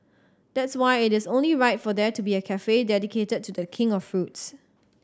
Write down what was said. that's why it is only right for there to be a cafe dedicated to The King of fruits